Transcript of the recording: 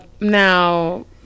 Now